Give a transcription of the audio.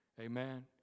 Amen